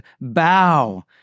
bow